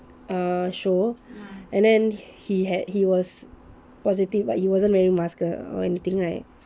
err show and then he had he was positive but he wasn't wearing mask or anything right